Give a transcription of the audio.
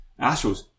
Astros